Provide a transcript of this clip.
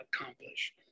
accomplish